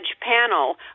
panel